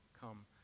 come